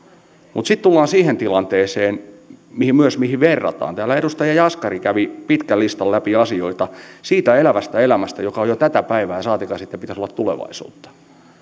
mutta sitten tullaan siihen tilanteeseen mihin myös verrataan täällä edustaja jaskari kävi pitkän listan läpi asioita siitä elävästä elämästä joka on jo tätä päivää saatikka sitten pitäisi olla tulevaisuutta